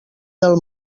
del